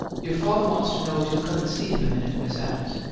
your father wants to know if you'll come and see him a minute, miss adams.